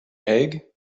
egg